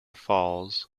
falls